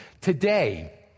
today